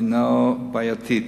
הינה בעייתית.